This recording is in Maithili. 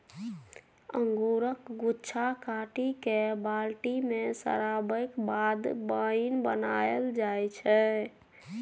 अंगुरक गुच्छा काटि कए बाल्टी मे सराबैक बाद बाइन बनाएल जाइ छै